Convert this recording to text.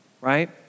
right